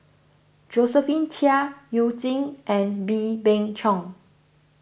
Josephine Chia You Jin and Wee Beng Chong